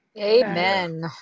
Amen